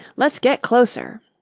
let's get closer.